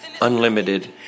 Unlimited